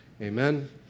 Amen